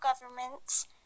governments